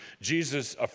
Jesus